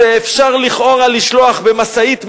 שאפשר לכאורה לשלוח משאית מזון,